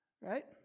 right